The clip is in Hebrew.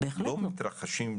לא מתרחשים,